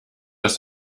dass